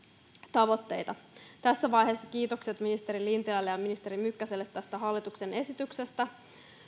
tavoitteita tässä vaiheessa kiitokset ministeri lintilälle ja ministeri mykkäselle tästä hallituksen esityksestä